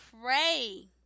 pray